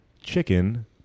chicken